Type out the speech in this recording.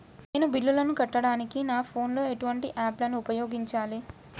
నేను బిల్లులను కట్టడానికి నా ఫోన్ లో ఎటువంటి యాప్ లను ఉపయోగించాలే?